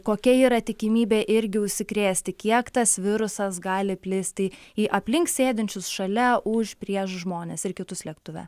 kokia yra tikimybė irgi užsikrėsti kiek tas virusas gali plisti į aplink sėdinčius šalia už prieš žmones ir kitus lėktuve